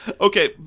okay